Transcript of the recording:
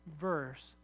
verse